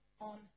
on